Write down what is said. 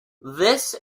this